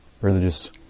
Religious